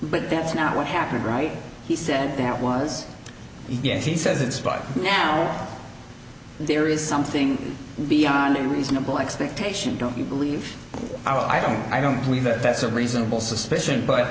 but that's not what happened right he said that was yes he says it's but now there is something beyond a reasonable expectation don't you believe our i don't i don't believe that that's a reasonable suspicion but